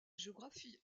géographie